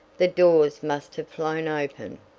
the doors must have flown open.